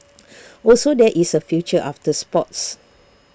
also there is A future after sports